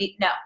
no